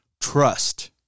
Trust